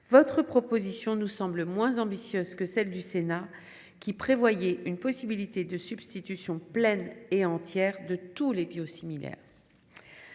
votre proposition nous semble moins ambitieuse que celle du Sénat, qui prévoyait une possibilité de substitution pleine et entière de tous les médicaments